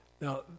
Now